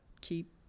keep